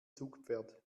zugpferd